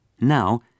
Now